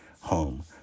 home